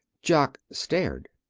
jock stared.